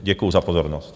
Děkuji za pozornost.